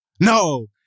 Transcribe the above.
No